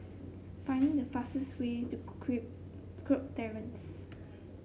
finding the fastest way to Kirk Terrace